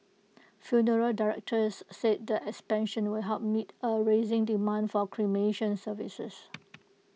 funeral directors said the expansion will help meet A rising demand for cremation services